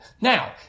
Now